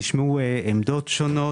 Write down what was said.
נשמעו עמדות שונות,